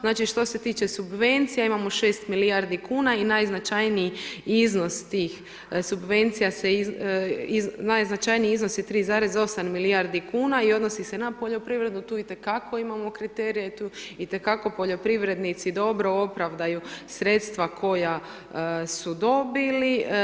Znači, što se tiče subvencija, imamo 6 milijardi kuna i najznačajniji iznos tih subvencija se, najznačajniji iznos je 3,8 milijardi kuna i odnosi se na poljoprivredu, tu itekako imamo kriterije i tu itekako poljoprivrednici dobro opravdaju sredstva koja su dobili.